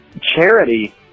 charity